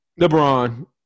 LeBron